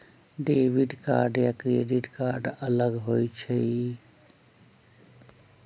Debit card या credit card अलग होईछ ई?